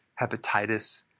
hepatitis